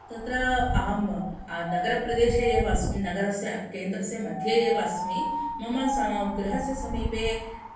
तत्र अहं नगरप्रदेशे एव अस्मि नगरस्य केन्द्रस्य मध्ये एव अस्मि मम सम गृहस्य समीपे